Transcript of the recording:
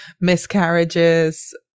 miscarriages